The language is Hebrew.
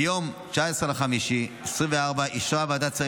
ביום 19 במאי 2024 אישרה ועדת השרים